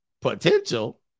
Potential